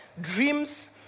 dreams